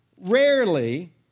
Rarely